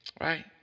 right